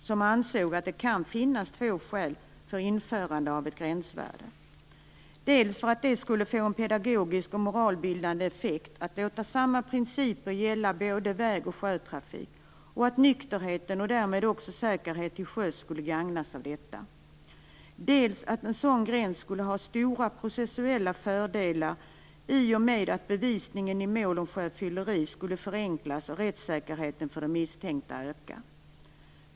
Där ansågs att det kan finnas två skäl för införandet av ett gränsvärde: dels för att det skulle få en pedagogisk och moralbildande effekt att låta samma principer gälla både väg och sjötrafik och att nykterheten och därmed också säkerheten till sjöss skulle gagnas av detta, dels för att en sådan gräns skulle ha stora processuella fördelar i och med att bevisningen i mål om sjöfylleri skulle förenklas och rättssäkerheten för de misstänkta öka.